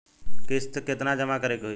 किस्त केतना जमा करे के होई?